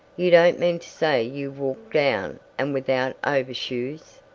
you don't mean to say you walked down and without overshoes!